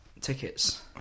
tickets